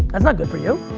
that's not good for you.